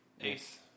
Ace